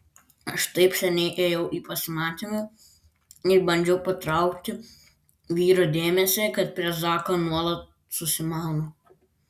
aš taip seniai ėjau į pasimatymą ir bandžiau patraukti vyro dėmesį kad prie zako nuolat susimaunu